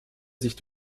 sich